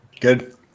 Good